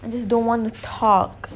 I just don't want to talk